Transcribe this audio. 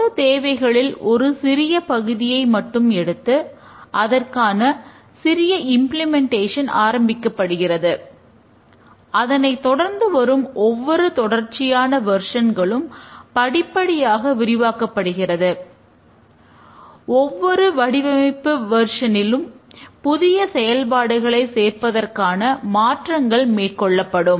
மொத்தத் தேவைகளில் ஒரு சிறிய பகுதியை மட்டும் எடுத்து அதற்கான சிறிய இம்பிளிமெண்டேஷன் புதிய செயல்பாடுகளை சேர்ப்பதற்கான மாற்றங்கள் மேற்கொள்ளப்படும்